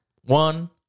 One